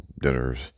dinners